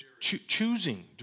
Choosing